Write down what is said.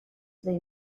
they